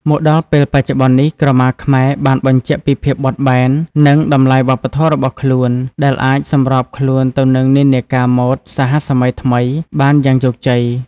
មកដល់ពេលបច្ចុប្បន្ននេះ ក្រមាខ្មែរបានបញ្ជាក់ពីភាពបត់បែន និងតម្លៃវប្បធម៌របស់ខ្លួន ដែលអាចសម្របខ្លួនទៅនឹងនិន្នាការម៉ូដសហសម័យថ្មីបានយ៉ាងជោគជ័យ។